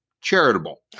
charitable